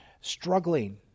struggling